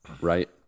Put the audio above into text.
Right